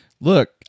Look